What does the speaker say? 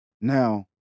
Now